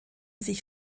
sich